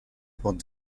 pour